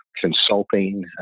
consulting